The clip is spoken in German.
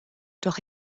doch